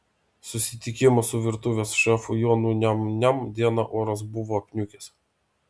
susitikimo su virtuvės šefu jonu niam niam dieną oras buvo apniukęs